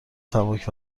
سبک